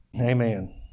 Amen